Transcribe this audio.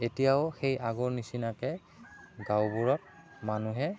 এতিয়াও সেই আগৰ নিচিনাকে গাঁওবোৰত মানুহে